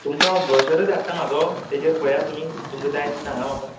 तुमकां हांव ब्रॉशरत धाडटा म्हजो ताजेर पळया तुमी तुमक जाय तीं सांगां म्हाका